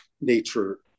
nature